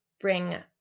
bring